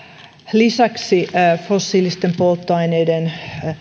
lisäksi fossiilisten polttoaineiden